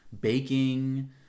baking